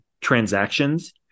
transactions